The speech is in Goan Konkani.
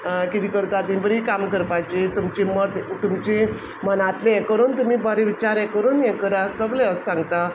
कितें करता ती बरी काम करपाची तुमचें मत तुमची मनांतलें हें करून तुमी बरे विचार हें करा सगळें अशें सांगता